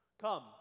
Come